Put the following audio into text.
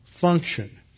function